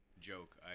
joke